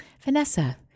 Vanessa